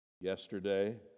yesterday